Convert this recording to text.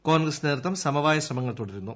കോൺ Gris നേതൃത്വം സമവായ ശ്രമങ്ങൾ തുടരുന്നു